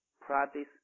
Practice